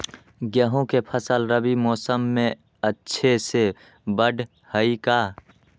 गेंहू के फ़सल रबी मौसम में अच्छे से बढ़ हई का?